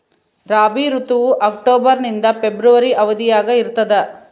ರಾಬಿ ಋತುವು ಅಕ್ಟೋಬರ್ ನಿಂದ ಫೆಬ್ರವರಿ ಅವಧಿಯಾಗ ಇರ್ತದ